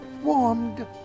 warmed